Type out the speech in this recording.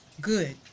good